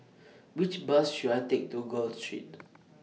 Which Bus should I Take to Gul Street